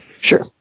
Sure